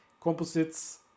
Composite's